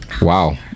Wow